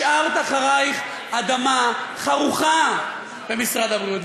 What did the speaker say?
השארת אחרייך אדמה חרוכה במשרד הבריאות.